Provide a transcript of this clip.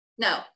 No